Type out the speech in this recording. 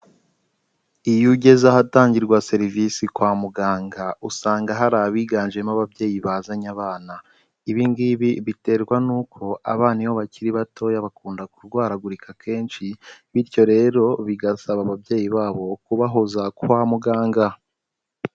Iyo ugeze ahatangirwa serivisi kwa muganga, usanga hari abiganjemo ababyeyi bazanye abana, ibi ngibi biterwa n'uko abana iyo bakiri batoya bakunda kurwaragurika kenshi, bityo rero bigasaba ababyeyi babo kubahoza kwa muganga.